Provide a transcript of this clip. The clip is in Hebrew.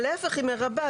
ועל העלבת שוטרים,